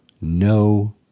no